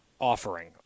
offering